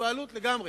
בעלות, לגמרי.